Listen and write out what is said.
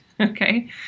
Okay